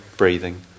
Breathing